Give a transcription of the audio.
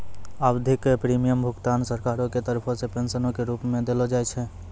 आवधिक प्रीमियम भुगतान सरकारो के तरफो से पेंशनो के रुप मे देलो जाय छै